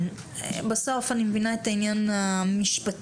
בסוף אני מבינה את העניין המשפטי,